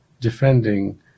defending